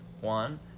one